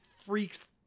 freaks